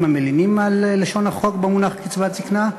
המלינים על לשון החוק במונח קצבת זיקנה.